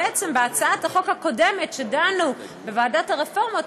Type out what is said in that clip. בעצם הצעת החוק הקודמת שדנו עליה בוועדת הרפורמות,